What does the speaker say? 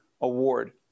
Award